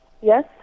Yes